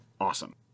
awesome